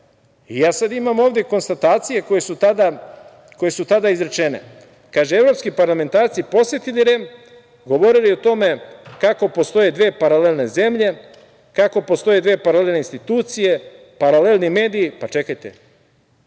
REM. Imam ovde konstatacije koje su tada izrečene. Kaže, evropski parlamentarci posetili REM, govorili o tome kako postoje dve paralelne zemlje, kako postoje dve paralelne institucije, paralelni mediji. Pa čekajte,